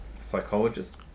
psychologists